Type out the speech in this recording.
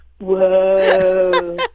whoa